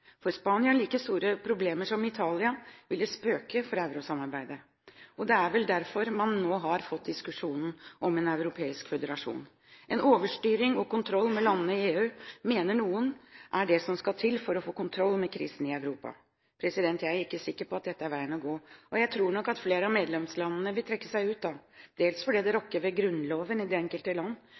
Får Spania like store problemer som Italia, vil det spøke for eurosamarbeidet. Det er vel derfor man nå har fått diskusjonen om en europeisk føderasjon. En overstyring og kontroll med landene i EU mener noen er det som skal til for å få kontroll med krisen i Europa. Jeg er ikke sikker på at det er veien å gå. Jeg tror nok at flere av medlemslandene da vil trekke seg ut, dels fordi det rokker ved grunnloven i de enkelte land,